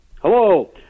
Hello